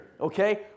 okay